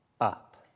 up